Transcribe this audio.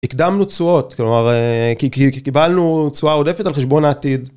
הקדמנו תשואות כלומר כי קיבלנו תשואה עודפת על חשבון העתיד.